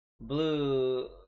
Blue